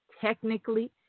technically